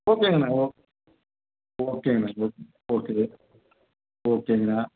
ஓகேங்கண்ணா ஓக் ஓகேங்கண்ணா okay okay ஓகேங்கண்ணா